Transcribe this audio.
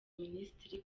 minisitiri